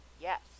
yes